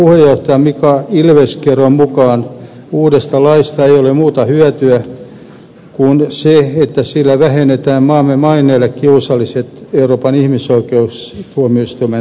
asianajajaliiton puheenjohtaja mika ilveskeron mukaan uudesta laista ei ole muuta hyötyä kuin se että sillä vähennetään maamme maineelle kiusallisia euroopan ihmisoikeustuomioistuimen tuomioita